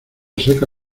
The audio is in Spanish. seca